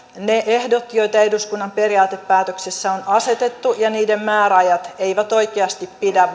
niitä ehtoja joita eduskunnan periaatepäätöksessä on asetettu ja joiden määräajat eivät oikeasti pidä